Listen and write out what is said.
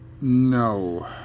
No